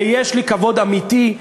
ויש לי כבוד אמיתי,